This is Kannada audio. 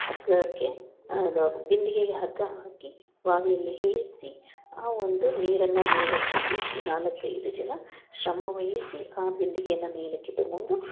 ಹಗ್ಗಕ್ಕೆ ಅದು ಬಿಂದಿಗೆಗೆ ಹಗ್ಗ ಹಾಕಿ ಬಾವಿಯಲ್ಲಿ ಇಳಿಸಿ ಆ ಒಂದು ನೀರನ್ನು ಮೇಲಕ್ಕೆ ಎತ್ತಿ ನಾಲ್ಕೈದು ಜನ ಶ್ರಮವಹಿಸಿ ಆ ಬಿಂದಿಗೇನ ಮೇಲಕ್ಕೆ ತೊಗೊಂಡು